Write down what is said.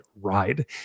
ride